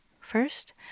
First